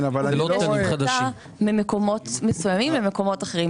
הוא מסיט כוח אדם ממקומות מסוימים למקומות אחרים.